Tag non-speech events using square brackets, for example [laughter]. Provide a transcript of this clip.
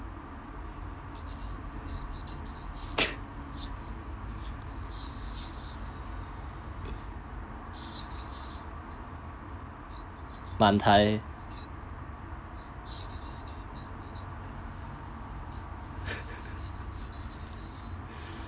[laughs] man tai [laughs]